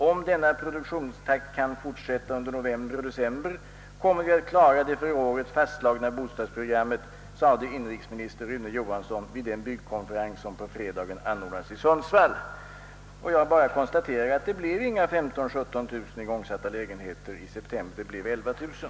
Om denna produktionstakt kan fortsätta under november och december kommer vi att klara det för året fastslagna bostadsprogrammet, sade inrikesminister Rune Johansson vid den byggkonferens som på fredagen anordnades i Sundsvall.» Jag bara konstaterar att det inte blev 15 000—17 000 igångsatta lägenheter i september; det blev 11 000.